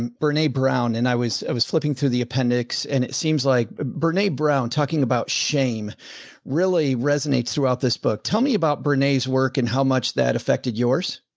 um bernay brown and i was, i was flipping through the appendix and it seems like bernay brown talking about shame really resonates throughout this book. tell me about bernay's work and how much that affected yours.